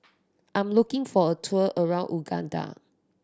I'm looking for a tour around Uganda